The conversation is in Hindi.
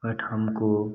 बट हमको